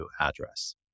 address